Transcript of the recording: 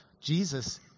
Jesus